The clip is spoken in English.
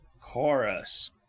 chorus